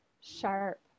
sharp